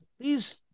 Please